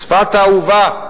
צפת האהובה.